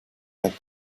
had